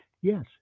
Yes